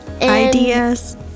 Ideas